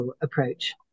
approach